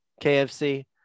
kfc